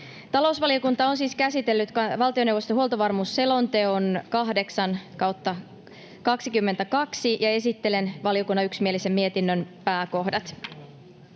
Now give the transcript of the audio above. Talousvaliokunta on siis käsitellyt valtioneuvoston huoltovarmuusselonteon 8/22, ja esittelen valiokunnan yksimielisen mietinnön pääkohdat: